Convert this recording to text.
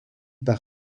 par